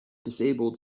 disabled